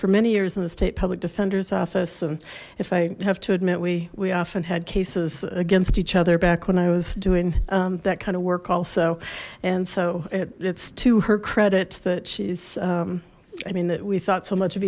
for many years in the state public defender's office and if i have to admit we we often had cases against each other back when i was doing that kind of work also and so it's to her credit that she's i mean that we thought so much of